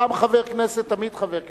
פעם חבר כנסת, תמיד חבר כנסת.